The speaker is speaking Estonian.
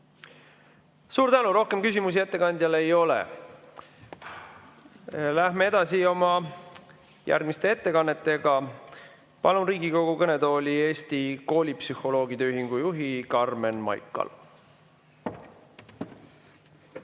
Suur tänu! Rohkem küsimusi ettekandjale ei ole. Läheme edasi oma järgmiste ettekannetega. Palun Riigikogu kõnetooli Eesti Koolipsühholoogide Ühingu juhi Karmen Maikalu.